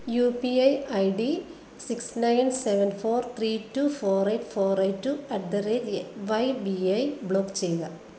U P I I D six nine seven four three two four eight four eight two at the rate Y B I block ചെയ്യുക